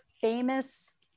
famous